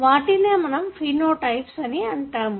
వాటినే మనము phenotypes అని అంటాము